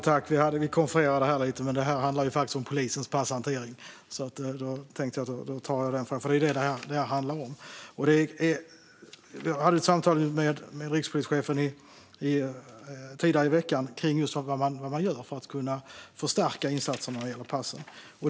Fru talman! Vi konfererade lite här, jag och försvarsministern, och kom fram till att det här handlar om polisens passhantering. Därför svarar jag på frågan. Jag hade ett samtal med rikspolischefen tidigare i veckan om just vad man gör för att förstärka insatserna vad gäller passen.